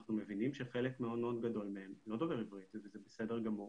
אנחנו מבינים שחלק מאוד מאוד גדול מהם לא דובר עברית וזה בסדר גמור